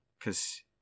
Cause